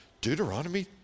Deuteronomy